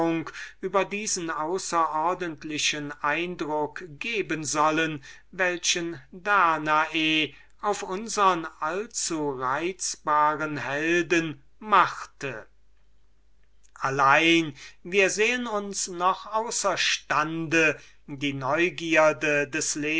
über diesen außerordentlichen eindruck geben sollen welchen danae auf unsern allzureizbaren helden machte allein wir sehen uns noch außer stand die neugierde des